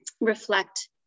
reflect